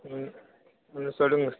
ம் ம் சொல்லுங்கள்